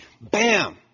Bam